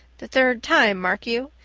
the third time, mark you.